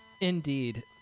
Indeed